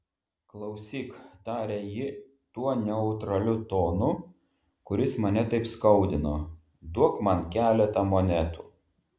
klausyk tarė ji tuo neutraliu tonu kuris mane taip skaudino duok man keletą monetų